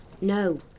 No